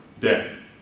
dead